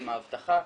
עם האבטחה,